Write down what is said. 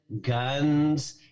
guns